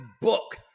book